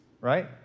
right